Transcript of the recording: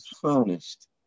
furnished